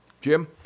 Jim